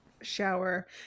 shower